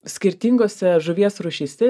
skirtingose žuvies rūšyse